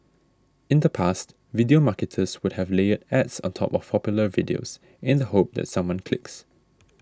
in the past video marketers would have layered ads on top of popular videos in the hope that someone clicks